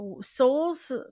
Souls